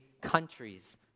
countries